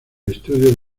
estudio